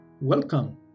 Welcome